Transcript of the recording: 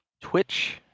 Twitch